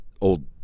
old